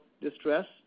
distress